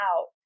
out